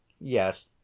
yes